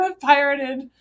Pirated